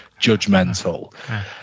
judgmental